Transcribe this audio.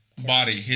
body